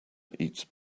eats